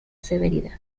severidad